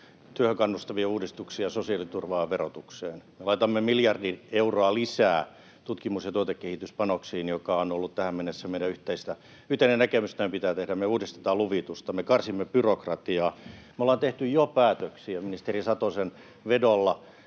työhön kannustavia uudistuksia sosiaaliturvaan ja verotukseen. Me laitamme miljardi euroa lisää tutkimus- ja tuotekehityspanoksiin, mikä on ollut tähän mennessä meidän yhteinen näkemys, että näin pitää tehdä. Me uudistamme luvitusta. Me karsimme byrokratiaa. Me ollaan jo tehty ministeri Satosen vedolla